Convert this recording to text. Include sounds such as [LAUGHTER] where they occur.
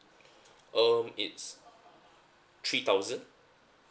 [BREATH] um it's three thousand